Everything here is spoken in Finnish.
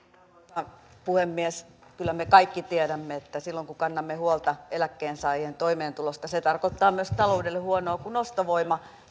arvoisa puhemies kyllä me kaikki tiedämme että silloin kun kannamme huolta eläkkeensaajien toimeentulosta se tarkoittaa myös taloudelle huonoa kun ostovoima